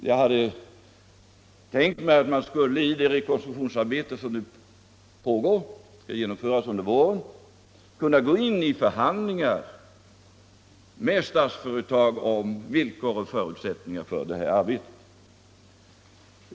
Jag hade tänkt mig att man i den rekonstruktion som nu sker — den skall genomföras under våren — skulle kunna gå in i förhandlingar med Statsföretag om villkor och förutsättningar för arbetet.